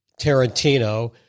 Tarantino